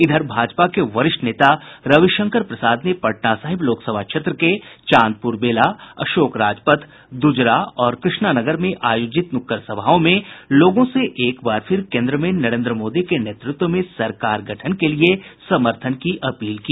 इधर भाजपा के वरिष्ठ नेता रविशंकर प्रसाद ने पटना साहिब लोकसभा क्षेत्र के चांदपुर बेला अशोक राजपथ दूजरा और कृष्णानगर में आयोजित नुक्कड़ सभाओं में लोगों से एक बार फिर केन्द्र में नरेन्द्र मोदी के नेतृत्व में सरकार गठन के लिए समर्थन की अपील की